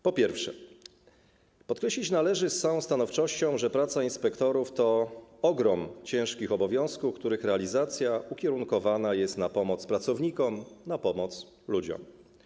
Po pierwsze, podkreślić należy z całą stanowczością, że praca inspektorów to ogrom ciężkich obowiązków, których realizacja ukierunkowana jest na pomoc pracownikom, na pomoc ludziom.